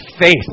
faith